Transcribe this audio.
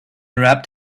wrapped